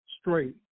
straight